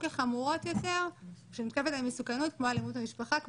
כחמורות יותר כמו אלימות במשפחה,